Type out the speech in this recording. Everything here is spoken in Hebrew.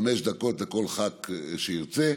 חמש דקות לכל חבר כנסת שירצה.